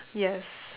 yes